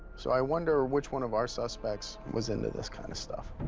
so i wonder which one of our suspects was into this kind of stuff.